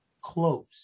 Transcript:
close